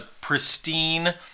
pristine